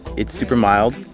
it's super mild.